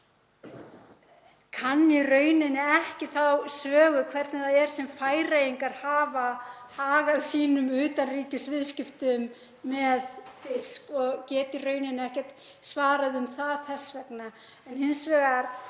kann í rauninni ekki þá sögu hvernig Færeyingar hafa hagað sínum utanríkisviðskiptum með fisk og get ekkert svarað um það þess vegna.